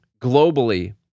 globally